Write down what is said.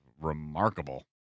remarkable